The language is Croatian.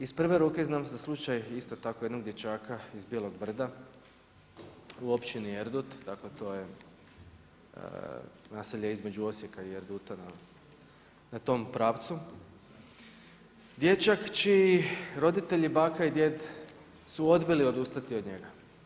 Iz prve ruke znam za slučaj isto tako jednog dječaka iz Bijelog brda u općini Erdut, dakle to je naselje između Osijeka i Erduta na tom pravcu, dječak čiji roditelji baka i djed su odbili odustati od njega.